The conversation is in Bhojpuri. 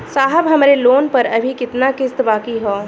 साहब हमरे लोन पर अभी कितना किस्त बाकी ह?